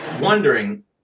wondering